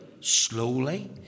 slowly